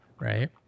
right